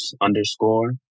underscore